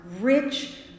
rich